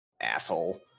asshole